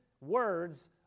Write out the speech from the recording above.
words